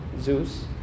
Zeus